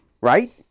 Right